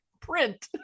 Print